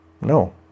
No